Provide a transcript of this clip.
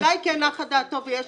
אולי כן נחה דעתו, ויש